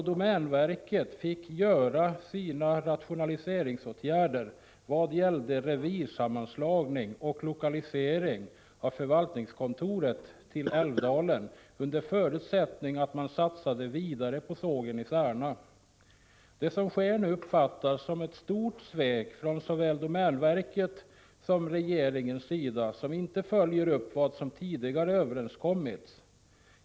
Domänverket fick alltså vidta sina rationaliseringsåtgärder vad gällde revirsammanslagning och lokalisering av förvaltningskontoret till Älvdalen under förutsättning att verket satsade vidare på sågen i Särna. Det som nu sker uppfattas som ett stort svek från såväl domänverket som regeringen, som inte följer upp vad som tidigare har överenskommits.